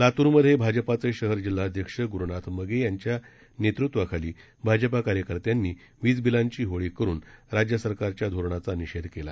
लातूरमधे भाजपाचे शहर जिल्हाध्यक्ष ग्रुनाथ मगे यांच्या नेतृत्वा भाजपा कार्यकर्त्यांनी वीज बिलांची होळी करून राज्य सरकारच्या धोरणाचा निषेध केला